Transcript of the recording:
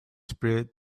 spread